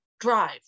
drive